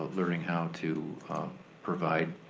learning how to provide